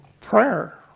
prayer